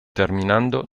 terminando